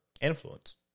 Influence